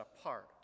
apart